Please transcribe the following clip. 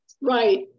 Right